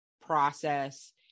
process